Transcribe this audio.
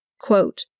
Quote